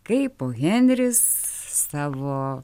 kaip o henris savo